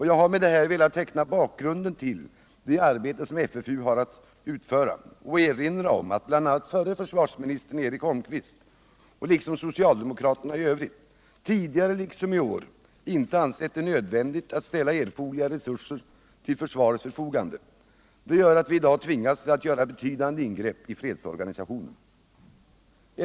Jag har med detta sökt teckna bakgrunden till det arbete som FFU har haft att utföra och även velat erinra om att bl.a. förre försvarsministern Eric Holmqvist liksom socialdemokraterna i övrigt tidigare liksom i år inte ansett det nödvändigt att ställa erforderliga resurser till försvarets förfogande. Detta gör att vi i dag tvingas göra betydande ingrepp i fredsorganisationen.